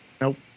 Nope